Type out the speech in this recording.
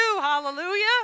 Hallelujah